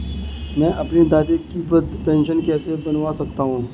मैं अपनी दादी की वृद्ध पेंशन कैसे बनवा सकता हूँ?